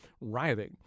rioting